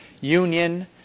union